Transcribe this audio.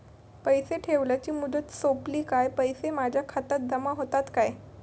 पैसे ठेवल्याची मुदत सोपली काय पैसे माझ्या खात्यात जमा होतात काय?